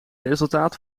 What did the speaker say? resultaat